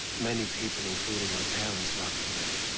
many people including my parents worked for them.